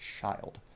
child